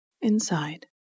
Inside